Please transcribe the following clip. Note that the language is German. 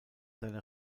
seiner